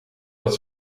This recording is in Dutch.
dat